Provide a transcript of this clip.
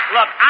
Look